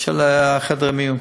של חדרי המיון.